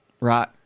right